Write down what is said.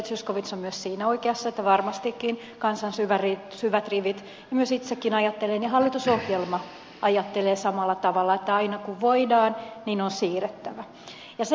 zyskowicz on myös siinä oikeassa että varmastikin kansan syvät rivit ajattelevat niin itsekin ajattelen ja hallitusohjelma ajattelee samalla tavalla että aina kun voidaan vanki on siirrettävä omaan maahansa